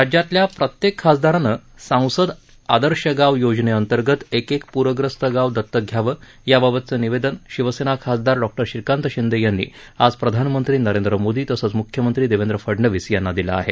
राज्यातल्या प्रत्येक खासदारानं सांसद आदर्श गाव योजनेअंतर्गत एक एक प्रग्रस्त गाव दत्तक घ्यावं याबाबतचं निवेदन शिवेसना खासदार डॉ श्रीकांत शिंदे यांनी आज प्रधानमंत्री नरेंद्र मोदी तसंच म्ख्यमंत्री देवेंद्र फडनवीस यांना दिलं आहे